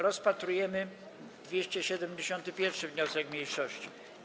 Rozpatrujemy 271. wniosek mniejszości.